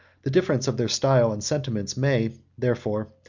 the difference of their style and sentiments may, therefore,